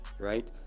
Right